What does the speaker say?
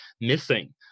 missing